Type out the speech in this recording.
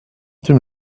too